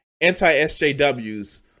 anti-SJWs